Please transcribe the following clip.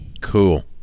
Cool